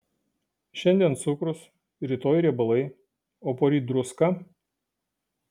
šiandien cukrus rytoj riebalai o poryt druska